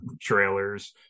trailers